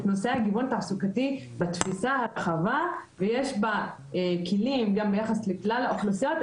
נושא הגיוון התעסוקתי בתפיסה הרחבה ויש בה כלים גם ביחס לכלל האוכלוסיות,